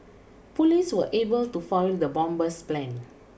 police were able to foil the bomber's plan